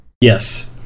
Yes